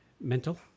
Mental